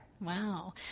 Wow